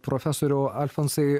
profesoriau alfonsai